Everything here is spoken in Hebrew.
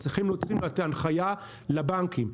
צריך להוציא הנחיה לבנקים.